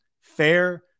fair